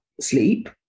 sleep